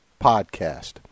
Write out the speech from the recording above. podcast